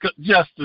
justice